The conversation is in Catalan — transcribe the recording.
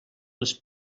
les